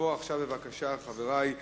נעבור עכשיו, בבקשה, חברי,